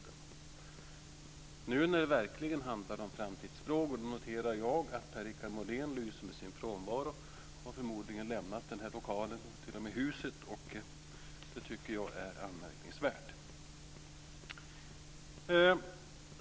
Nu när det verkligen handlar om framtidsfrågor noterar jag att Per-Richard Molén lyser med sin frånvaro. Han har förmodligen lämnat lokalen och t.o.m. huset, och det tycker jag är anmärkningsvärt.